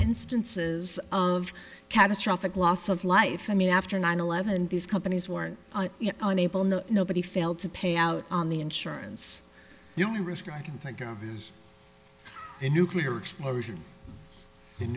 instances of catastrophic loss of life i mean after nine eleven these companies were unable no nobody failed to pay out on the insurance the only risk i can think of is a nuclear explosion in